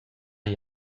igl